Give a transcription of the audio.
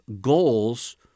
goals